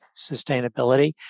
sustainability